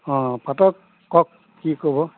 অঁ পাতক কওক কি ক'ব